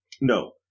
No